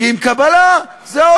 כי עם קבלה זה עוד